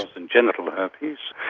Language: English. and genital herpes,